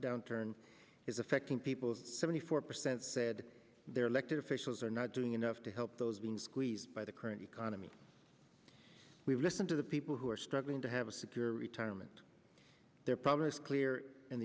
downturn is affecting people seventy four percent said their elected officials are not doing enough to help those being squeezed by the current economy we listen to the people who are struggling to have a secure retirement their problem is clear and